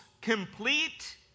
complete